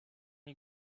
you